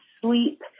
sleep